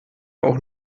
auch